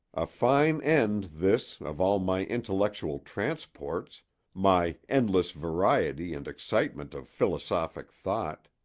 a fine end, this, of all my intellectual transports my endless variety and excitement of philosophic thought!